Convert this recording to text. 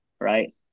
right